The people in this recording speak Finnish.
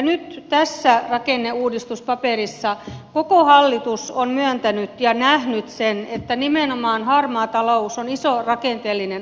nyt tässä rakenneuudistuspaperissa koko hallitus on myöntänyt ja nähnyt sen että nimenomaan harmaa talous on iso rakenteellinen ongelma